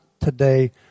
today